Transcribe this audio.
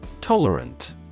Tolerant